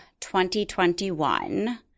2021